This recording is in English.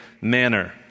manner